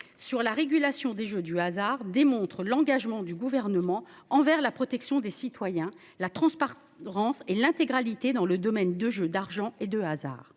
sur la régulation des jeux du hasard démontre l'engagement du gouvernement envers la protection des citoyens. La transparence, Laurence et l'intégralité dans le domaine de jeux d'argent et de hasard